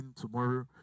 tomorrow